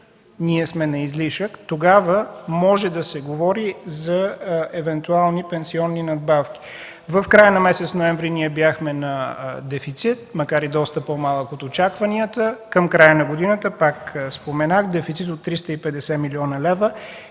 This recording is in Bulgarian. ние сме на излишък, тогава може да се говори за евентуални пенсионни надбавки. В края на месец ноември ние бяхме на дефицит, макар и доста по-малък от очакванията. Към края на годината, пак споменавам – дефицит от 350 млн. лв.